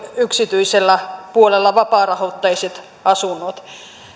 yksityisellä puolella vapaarahoitteisista asunnoista